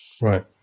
Right